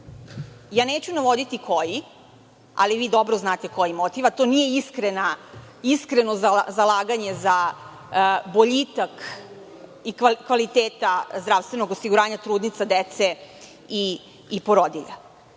Neću navoditi koji, a vi dobro znate koji motiv. To nije iskreno zalaganje za boljitak kvalitete zdravstvenog osiguranja, trudnica, dece i porodilja. Ako